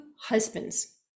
husbands